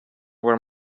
where